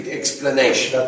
explanation